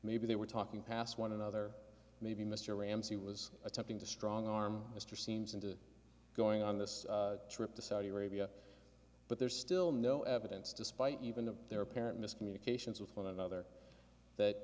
maybe they were talking past one another maybe mr ramsey was attempting to strong arm mr seams into going on this trip to saudi arabia but there's still no evidence despite even of their apparent miscommunications with one another that